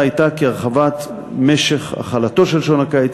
הייתה כי הרחבת משך החלתו של שעון הקיץ,